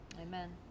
Amen